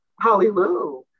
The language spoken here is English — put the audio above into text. Hallelujah